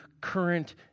current